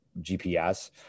GPS